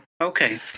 Okay